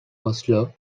oslo